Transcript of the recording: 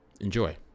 Enjoy